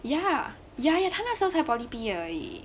ya ya ya 他那时候才 poly 毕业而已